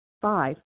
Five